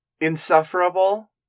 insufferable